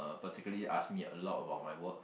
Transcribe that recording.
particularly ask me a lot about my work